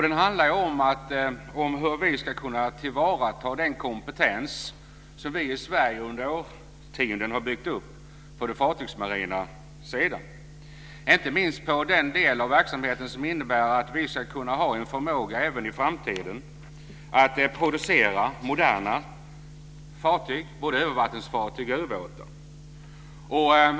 Det handlar om hur vi ska kunna tillvarata den kompetens som vi i Sverige under årtionden har byggt upp på den fartygsmarina sidan, inte minst den del av verksamheten som innebär att vi ska ha en förmåga även i framtiden att producera moderna fartyg, både övervattensfartyg och ubåtar.